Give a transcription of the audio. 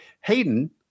Hayden